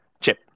chip